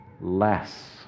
less